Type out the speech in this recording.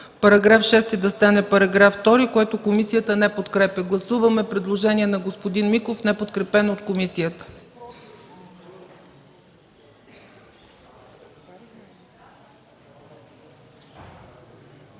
–§ 6 да стане § 2, което комисията не подкрепя. Гласуваме предложение на господин Миков, неподкрепено от комисията.